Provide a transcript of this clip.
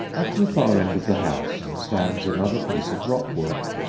at the far end of the house stands another piece of rockwork,